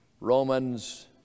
Romans